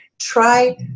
try